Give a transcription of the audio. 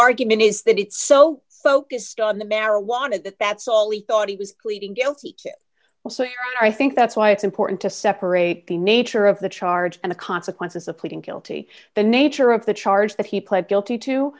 argument is that it's so focused on the marijuana that that's all he thought he was pleading guilty to i think that's why it's important to separate the nature of the charge and the consequences of pleading guilty the nature of the charge that he pled guilty to